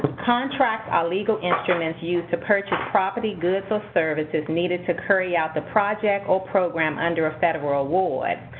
contracts are legal instruments used to purchase property, goods, or services needed to carry out the project or program under a federal award,